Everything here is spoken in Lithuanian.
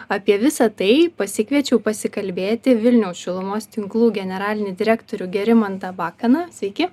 apie visą tai pasikviečiau pasikalbėti vilniaus šilumos tinklų generalinį direktorių gerimantą bakaną sveiki